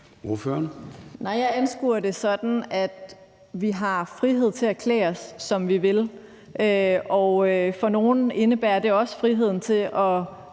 jeg anskuer det sådan, at vi har frihed til at klæde os, som vi vil. Og for nogle indebærer det også friheden til at